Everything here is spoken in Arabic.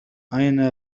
أين